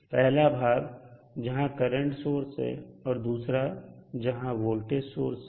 पहला भाग जहां करंट सोर्स है और दूसरा जहां वोल्टेज सोर्स है